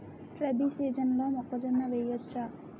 రబీ సీజన్లో మొక్కజొన్న వెయ్యచ్చా?